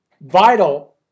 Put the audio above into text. Vital